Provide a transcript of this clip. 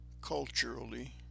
culturally